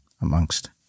Amongst